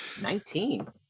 Nineteen